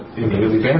immediately